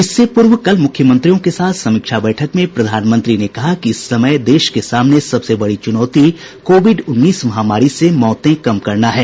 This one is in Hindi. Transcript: इससे पूर्व कल मुख्यमंत्रियों के साथ समीक्षा बैठक में प्रधानमंत्री नरेन्द्र मोदी ने कहा कि इस समय देश के सामने सबसे बड़ी चुनौती कोविड उन्नीस महामारी से मौतें कम करना है